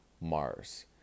mars